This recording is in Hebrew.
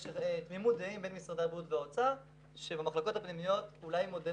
יש תמימות דעים בין משרד הבריאות למשרד האוצר שבמחלקות הפנימיות מודל